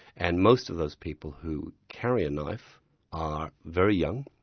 and most of those people who carry a knife are very young,